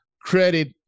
credit